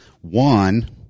One